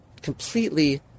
completely